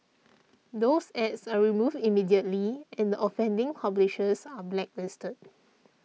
those ads are removed immediately and the offending publishers are blacklisted